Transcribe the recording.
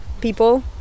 people